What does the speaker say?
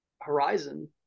horizon